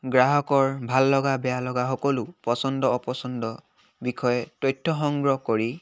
গ্ৰাহকৰ ভাল লগা বেয়া লগা সকলো পচন্দ অপচন্দ বিষয়ে তথ্য সংগ্ৰহ কৰি